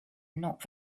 not